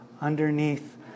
underneath